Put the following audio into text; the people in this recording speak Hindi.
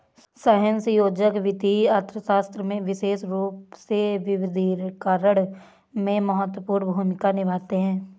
सहसंयोजक वित्तीय अर्थशास्त्र में विशेष रूप से विविधीकरण में महत्वपूर्ण भूमिका निभाते हैं